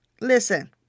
Listen